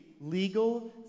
legal